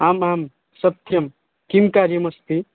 आम् आम् शक्यं किं कार्यमस्ति